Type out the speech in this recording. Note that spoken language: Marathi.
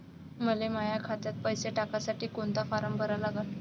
मले माह्या खात्यात पैसे टाकासाठी कोंता फारम भरा लागन?